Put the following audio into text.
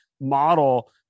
model